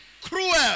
cruel